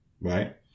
right